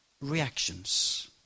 reactions